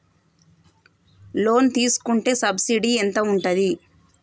Loan తీసుకుంటే subsidy ఎంత ఉంటది?